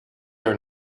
are